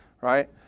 right